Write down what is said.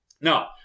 No